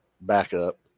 backup